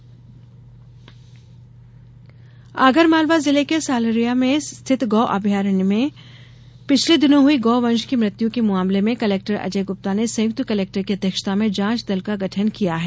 गौ अभ्यारण्य आगरमालवा जिले के सालरिया में स्थित गौ अभ्यारण में पिछले दिनों हुई गौ वंष की मृत्यु के मामले में कलेक्टर अजय गुप्ता ने संयुक्त कलेक्टर की अध्यक्षता में जांच दल का गठन किया है